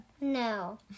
No